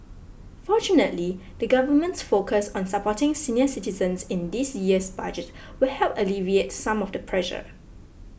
fortunately the government's focus on supporting senior citizens in this year's Budget will help alleviate some of the pressure